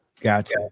Gotcha